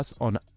on